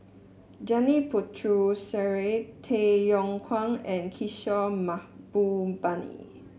Janil Puthucheary Tay Yong Kwang and Kishore Mahbubani